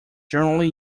generally